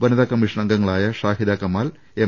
വനിതാ കമ്മീഷൻ അംഗങ്ങളായ ഷാഹിദ കമാൽ എം